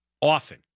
often